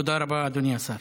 תודה רבה, אדוני השר.